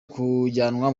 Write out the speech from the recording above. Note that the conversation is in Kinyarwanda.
kujyanwa